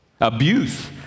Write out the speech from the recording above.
Abuse